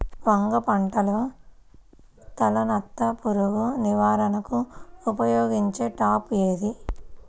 వంగ పంటలో తలనత్త పురుగు నివారణకు ఉపయోగించే ట్రాప్ ఏది?